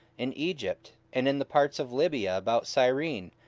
in egypt, and in the parts of libya about cyrene,